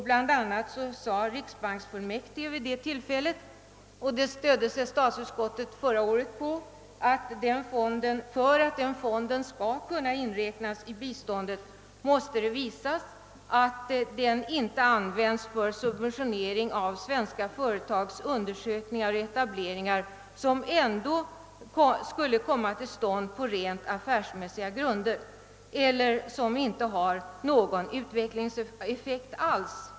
Statsutskottet stödde sig förra året på ett uttalande av riksbanksfullmäktige, att för att fonden skulle kunna inräknas i biståndet måste det visas att den inte användes för subventionering av svenska företags undersökningar och etableringar, som ändå skulle komma till stånd på rent affärsmässiga grunder eller som inte har någon utvecklingseffekt alls.